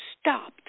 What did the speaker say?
stopped